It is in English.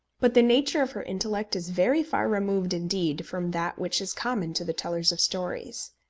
but the nature of her intellect is very far removed indeed from that which is common to the tellers of stories.